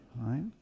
right